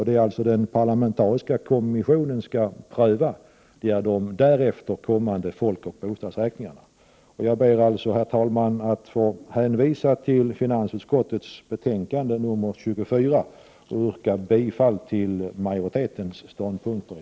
Det som den parlamentariska kommissionen skall pröva är de därefter kommande folkoch bostadsräkningarna. Herr talman! Jag ber att få hänvisa till finansutskottets betänkande 24 och yrka bifall till majoritetens ståndpunkter.